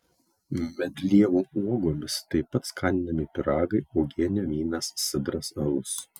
medlievų uogomis taip pat skaninami pyragai uogienė vynas sidras alus